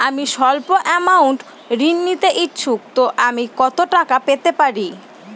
আমি সল্প আমৌন্ট ঋণ নিতে ইচ্ছুক তো আমি কত টাকা পেতে পারি?